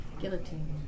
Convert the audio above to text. Guillotine